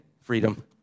freedom